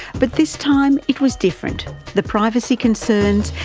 but this time it was different the privacy concerns,